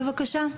בבקשה.